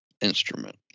Instrument